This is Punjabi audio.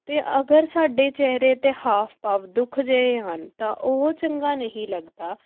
ਅਤੇ ਅਗਰ ਸਾਡੇ ਚਿਹਰੇ 'ਤੇ ਹਾਵ ਭਾਵ ਦੁੱਖ ਜਿਹੇ ਹਨ ਤਾਂ ਉਹ ਚੰਗਾ ਨਹੀਂ ਲੱਗਦਾ